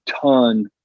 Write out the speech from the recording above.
ton